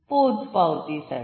पोचपावती साठी